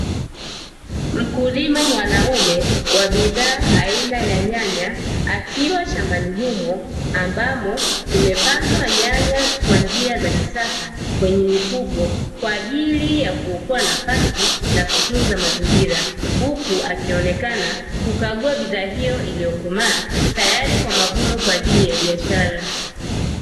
Mkulima mwanaume wa bidhaa aina ya nyanya, akiwa shambani humo ambamo kumepandwa nyanya kwa njia ya kisasa kwenye mifuko kwa ajili ya kuokoa nafasi na kutunza mazingira, huku akionekana kukagua bidhaa hiyo iliyokomaa kwa ajili ya mavuno kwa ajili ya biashara.